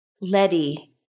Letty